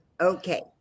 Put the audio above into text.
Okay